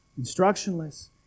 instructionless